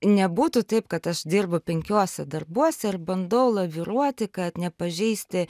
nebūtų taip kad aš dirbu penkiuose darbuose ir bandau laviruoti kad nepažeisti